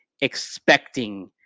expecting